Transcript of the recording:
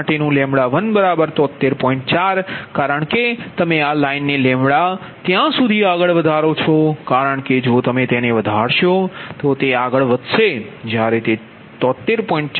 4 કારણ કે તમે આ લાઇનને ત્યાં સુધી આગળ વધારો છો કારણ કે જો તમે તેને વધારશો તો તે આગળ વધશે જ્યારે તે 73